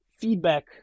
feedback